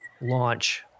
launch